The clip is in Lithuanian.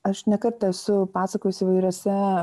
aš ne kartą esu pasakojusi įvairiose